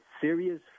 serious